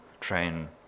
train